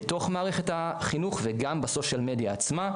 בתוך מערכת החינוך וגם בסוף של מדיה עצמה.